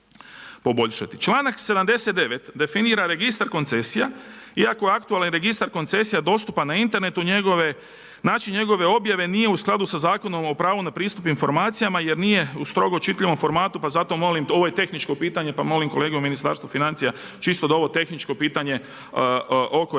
Članak 79. definira registar koncesija. Iako je aktualan registar koncesija dostupan na internetu način njegove objave nije u skladu sa Zakonom o pravu na pristup informacijama, jer nije u strogo čitljivom formatu. Pa zato molim, ovo je tehničko pitanje, pa molim kolege u Ministarstvu financija čisto da ovo tehničko pitanje oko registra